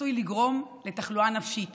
עשוי לגרום לתחלואה נפשית